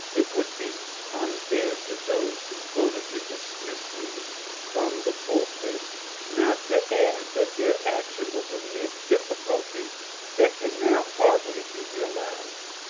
it would be unfair to those who voted to dismiss me from the pulpit not to add that their action was amid difficulties that can now hardly be realized.